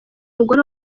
mugore